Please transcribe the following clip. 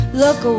look